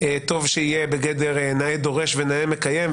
טוב שיהיה בגדר נאה דורש ונאה מקיים,